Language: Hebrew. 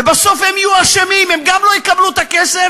ובסוף הם יהיו אשמים, הם גם לא יקבלו את הכסף,